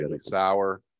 sour